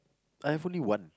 I have only one